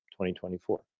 2024